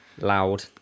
Loud